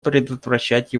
предотвращать